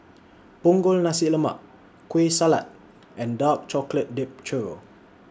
Punggol Nasi Lemak Kueh Salat and Dark Chocolate Dipped Churro